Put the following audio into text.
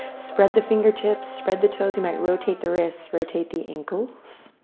spread the fingertips. spread the toes. you might rotate the wrists. rotate the ankles.